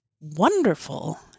wonderful